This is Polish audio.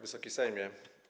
Wysoki Sejmie!